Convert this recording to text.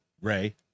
Ray